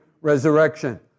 resurrection